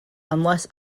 unless